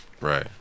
Right